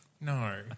No